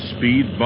Speed